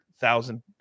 thousand